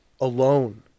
alone